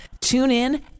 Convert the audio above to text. TuneIn